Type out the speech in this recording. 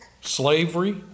Slavery